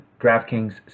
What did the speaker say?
DraftKings